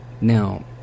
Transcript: Now